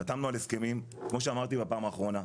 חתמנו על הסכמים, כמו שאמרתי בפעם האחרונה.